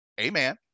amen